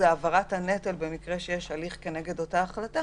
העברת הנטל במקרה שיש הליך כנגד אותה החלטה,